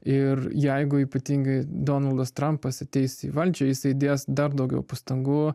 ir jeigu ypatingai donaldas trampas ateis į valdžią jisai dės dar daugiau pastangų